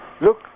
Look